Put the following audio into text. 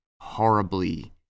horribly